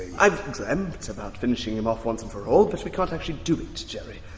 i've dreamt about finishing him off once and for all, but we can't actually do it, jerry.